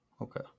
Okay